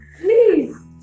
Please